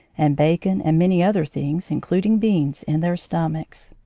and bacon and many other things, including beans, in their stomachs.